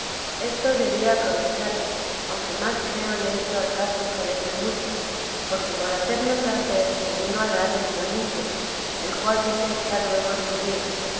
esto debía aprovecharle aunque más creo le hizo al caso quererme mucho porque por hacerme placer me vino a dar el idolillo el cual hice echar luego en un río